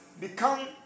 become